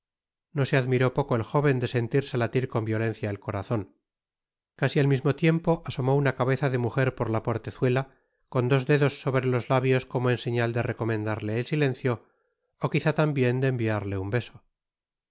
no se admiró poco el jóven de sentirse latir con violencia el corazon casi al mismo tiempo asomó una cabeza de mujer por la portezuela con dos dedos sobre los labios como en señal de recomendarle el silencio ó quizá tam content from google book search generated at bien de enviarle un beso